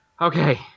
Okay